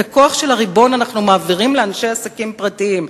את הכוח של הריבון אנחנו מעבירים לאנשי עסקים פרטיים,